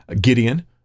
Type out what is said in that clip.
Gideon